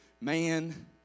Man